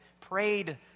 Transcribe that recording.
prayed